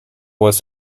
was